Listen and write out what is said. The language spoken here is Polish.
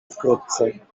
wkrótce